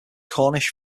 cornish